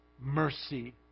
mercy